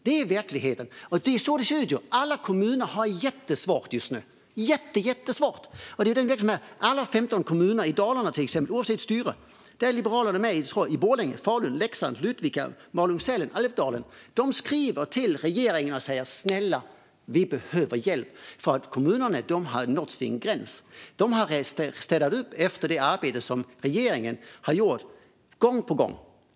Det är verkligheten, och det är så det ser ut. Alla kommuner har det jättesvårt just nu. Till exempel alla 15 kommuner i Dalarna, oavsett styre - där Liberalerna är med i Borlänge, Falun, Leksand, Ludvika, Malung-Sälen, Älvdalen - skriver till regeringen och säger: Snälla, vi behöver hjälp! Kommunerna har nått sin gräns. De har städat upp efter det arbete som regeringen har gjort gång på gång.